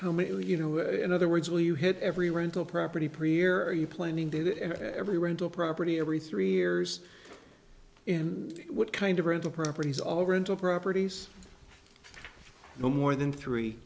how many will you know in other words will you hit every rental property premier are you planning to do that every rental property every three years and what kind of rental properties all over until properties no more than three